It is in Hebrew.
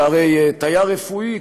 שהרי תייר רפואי,